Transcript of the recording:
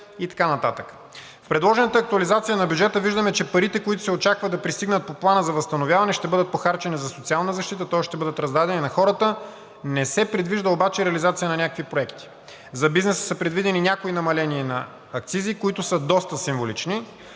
В предложената актуализация на бюджета виждаме, че парите, които се очаква да пристигнат по Плана за възстановяване, ще бъдат похарчени за социална защита, тоест ще бъдат раздадени на хората. Не се предвижда обаче реализация на някакви проекти. За бизнеса са предвидени някои намаления на акцизи, които са доста символични,